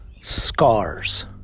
scars